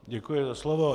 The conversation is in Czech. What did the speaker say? Děkuji za slovo.